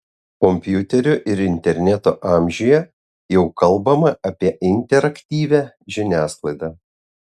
kompiuterių ir interneto amžiuje jau kalbama apie interaktyvią žiniasklaidą